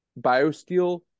Biosteel